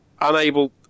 unable